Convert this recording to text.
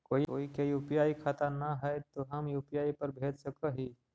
कोय के यु.पी.आई बाला खाता न है तो हम यु.पी.आई पर भेज सक ही?